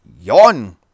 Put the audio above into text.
yawn